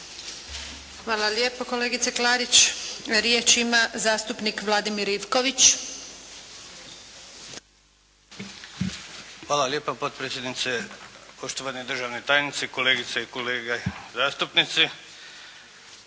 Hvala lijepa kolegice Klarić. Riječ ima zastupnik Vladimir Ivković. **Ivković, Vladimir (HDZ)** Hvala lijepa potpredsjednice. Poštovani državni tajnici, kolegice i kolege zastupnici.